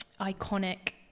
iconic